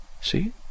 See